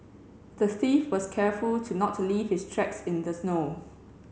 the thief was careful to not leave his tracks in the snow